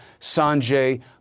Sanjay